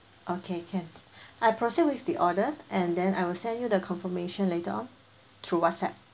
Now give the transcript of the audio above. okay can I proceed with the order and then I will send you the confirmation later on through WhatsApp